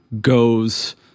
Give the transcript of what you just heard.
goes